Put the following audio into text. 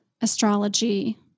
astrology